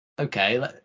Okay